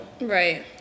Right